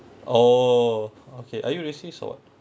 oh okay are you racist or what